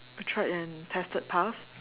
tried and tested path